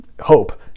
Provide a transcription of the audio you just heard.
hope